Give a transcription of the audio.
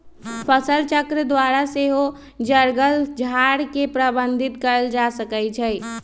फसलचक्र द्वारा सेहो जङगल झार के प्रबंधित कएल जा सकै छइ